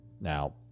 Now